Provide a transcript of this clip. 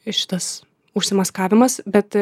šitas užsimaskavimas bet